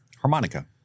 Harmonica